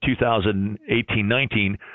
2018-19